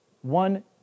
one